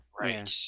Right